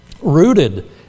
rooted